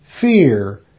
fear